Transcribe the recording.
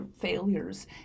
failures